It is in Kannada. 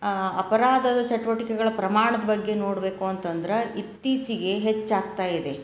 ಅಪರಾಧದ ಚಟುವಟಿಕೆಗಳು ಪ್ರಮಾಣದ ಬಗ್ಗೆ ನೋಡಬೇಕು ಅಂತ ಅಂದ್ರೆ ಇತ್ತೀಚೆಗೆ ಹೆಚ್ಚಾಗ್ತಾ ಇದೆ